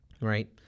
right